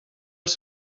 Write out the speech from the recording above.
els